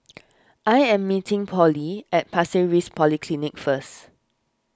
I am meeting Pollie at Pasir Ris Polyclinic first